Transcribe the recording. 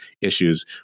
issues